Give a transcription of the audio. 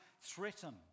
threatened